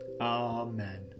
Amen